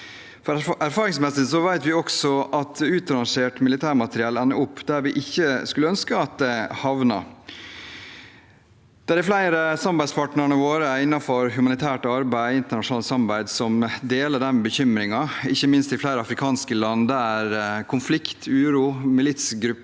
Erfaringsmessig vet vi også at utrangert militærmateriell ender opp der vi skulle ønske at det ikke havnet. Det er flere av samarbeidspartnerne våre innenfor humanitært arbeid og internasjonalt samarbeid som deler den bekymringen, ikke minst i flere afrikanske land der det er konflikt og uro og militsgrupper